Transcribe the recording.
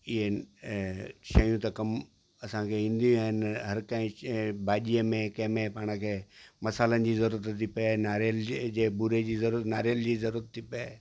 इहे ऐं शयूं त कम असांखे ईंदियूं ई आहिनि हर कंहिं भाॼीअ में कंहिंमें पाण खे मसालनि जी ज़रूरत थी पए नारेल जे जे बूरे जी ज़रूरु नारेल जी ज़रूरत थी पए